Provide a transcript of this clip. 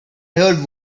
heard